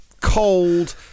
cold